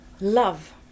love